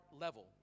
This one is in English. level